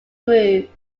group